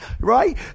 Right